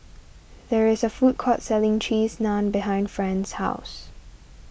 there is a food court selling Cheese Naan behind Fran's house